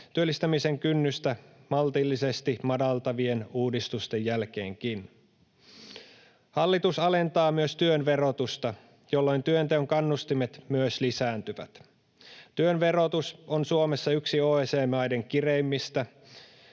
työllistämisen kynnystä maltillisesti madaltavien uudistusten jälkeenkin. Hallitus alentaa myös työn verotusta, jolloin työnteon kannustimet myös lisääntyvät. Työn verotus on Suomessa yksi OECD-maiden kireimmistä,